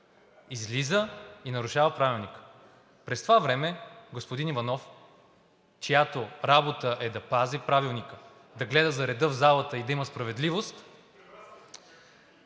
Излиза и нарушава Правилника. През това време господин Иванов, чиято работа е да пази Правилника, да гледа за реда в залата и да има справедливост,